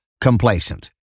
complacent